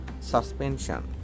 suspension